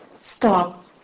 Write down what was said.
stop